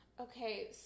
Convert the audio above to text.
Okay